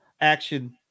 action